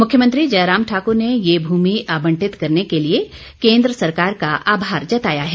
मुख्यमंत्री जयराम ठाकर ने ये भूमि आबंटित करने के लिए केन्द्र सरकार का आभार जताया है